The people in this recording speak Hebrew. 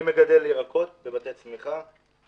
אני מגדל ירקות בבתי צמיחה.